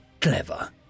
clever